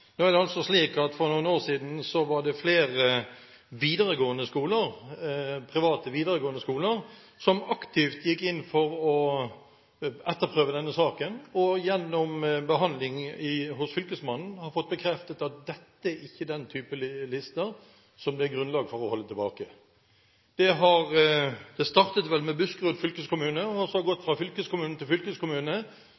For noen år siden var det flere private videregående skoler som aktivt gikk inn for å etterprøve denne saken, og som gjennom behandling hos Fylkesmannen har fått bekreftet at dette ikke er den type lister som det er grunnlag for å holde tilbake. Det startet vel med Buskerud fylkeskommune, og så har det gått